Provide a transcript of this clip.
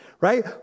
right